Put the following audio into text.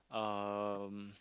um